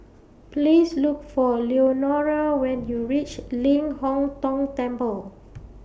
Please Look For Leonora when YOU REACH Ling Hong Tong Temple